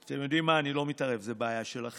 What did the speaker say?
אתם יודעים מה, אני לא מתערב, זאת בעיה שלכם.